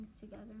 together